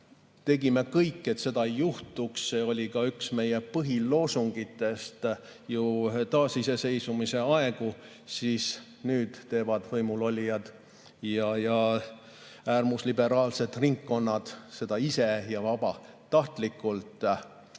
tegime kõik, et seda ei juhtuks – see oli ju üks meie põhiloosungitest taasiseseisvumise aegu –, siis nüüd teevad võimulolijad ja äärmusliberaalsed ringkonnad seda ise ja vabatahtlikult,